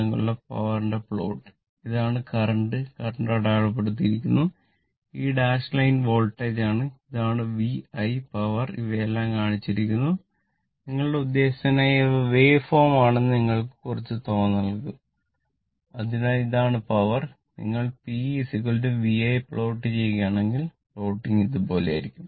നിങ്ങൾ P V I plot ചെയ്യുകയാണെങ്കിൽ plotting ഇതുപോലെയായിരിക്കും